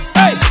hey